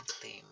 claim